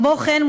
כמו כן,